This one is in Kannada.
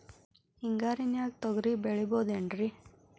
ಹಿಂಗಾರಿನ್ಯಾಗ ತೊಗ್ರಿ ಬೆಳಿಬೊದೇನ್ರೇ?